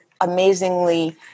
amazingly